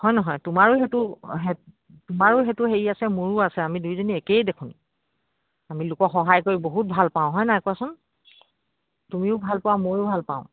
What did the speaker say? হয় নহয় তোমাৰো সেইটো তোমাৰো সেইটো হেৰি আছে মোৰো আছে আমি দুইজনী একেই দেখোন আমি লোকক সহায় কৰি বহুত ভাল পাওঁ হয় নাই কোৱাচোন তুমিও ভাল পাওঁ ময়ো ভাল পাওঁ